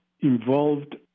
involved